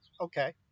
okay